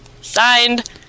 Signed